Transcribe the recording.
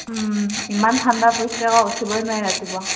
ইমান ঠাণ্ডা পৰিছে আকৌ উঠিবই নোৱাৰি ৰাতিপুৱা